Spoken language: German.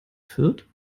fürth